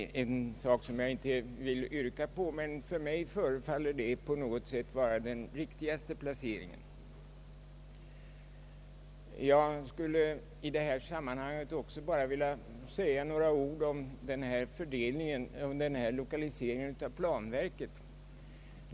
Det är något som jag inte vill yrka på, men mig förefaller det vara den riktigaste placeringen. Jag skulle sedan, herr talman, vilja säga några ord om lokaliseringen av planverket.